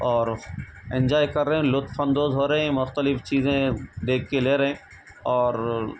اور انجوائے کر رہے ہیں لطف اندوز ہو رہے ہیں مختلف چیزیں دیکھ کے لے رہے ہیں اور